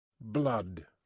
blood